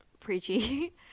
preachy